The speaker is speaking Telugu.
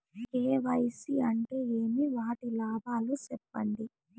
కె.వై.సి అంటే ఏమి? వాటి లాభాలు సెప్పండి?